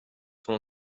son